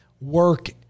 work